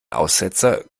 aussetzer